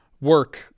work